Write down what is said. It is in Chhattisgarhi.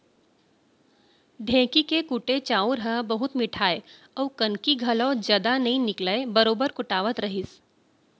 ढेंकी के कुटे चाँउर ह बहुत मिठाय अउ कनकी घलौ जदा नइ निकलय बरोबर कुटावत रहिस